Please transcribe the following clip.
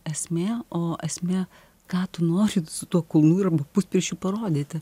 esmė o esmė ką tu nori su tuo kūnu arba puspirščiu parodyti